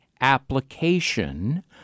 application